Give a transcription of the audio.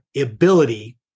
ability